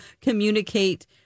communicate